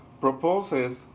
proposes